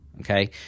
okay